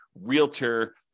realtor